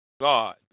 God